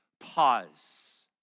Pause